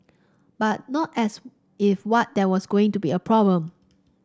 but not as if what there was going to be a problem